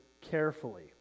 carefully